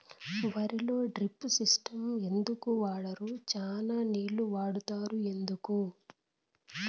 వరిలో drip system ఎందుకు వాడరు? చానా నీళ్లు వాడుతారు ఎందుకు?